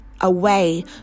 away